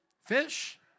Fish